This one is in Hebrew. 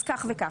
אז כך וכך.